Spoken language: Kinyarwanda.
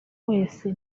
wese